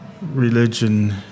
religion